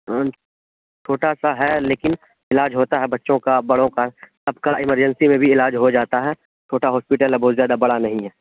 چھوٹا سا ہے لیکن علاج ہوتا ہے بچوں کا بڑوں کا سب کا ایمرجنسی میں بھی علاج ہو جاتا ہے چھوٹا ہاسپیٹل ہے بہت زیادہ بڑا نہیں ہے